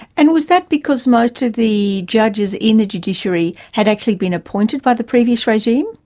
and was that because most of the judges in the judiciary had actually been appointed by the previous regime?